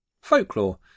folklore